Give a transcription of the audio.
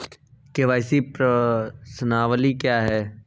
KYC प्रश्नावली क्या है?